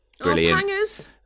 brilliant